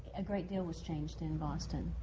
a great deal was changed in boston,